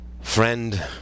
Friend